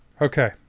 Okay